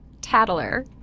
tattler